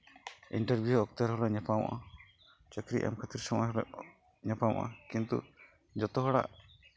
interview ᱚᱠᱛᱮ ᱨᱮᱦᱚᱸᱞᱮ ᱧᱟᱯᱟᱢᱚᱜᱼᱟ ᱪᱟᱹᱠᱨᱤ ᱮᱢ ᱠᱷᱟᱹᱛᱤᱨ ᱥᱚᱢᱚᱭ ᱦᱚᱸᱞᱮ ᱧᱟᱯᱟᱢᱚᱜᱼᱟ ᱠᱤᱱᱛᱩ ᱡᱚᱛᱚ ᱦᱚᱲᱟᱜ